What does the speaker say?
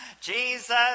Jesus